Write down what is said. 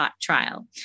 trial